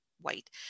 white